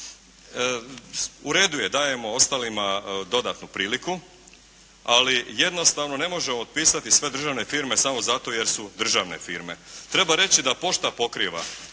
u redu je dajemo ostalima dodatnu priliku ali jednostavno ne možemo otpisati sve državne firme samo zato jer su državne firme. Treba reći da pošta pokriva